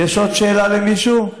יש עוד שאלה למישהו?